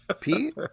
Pete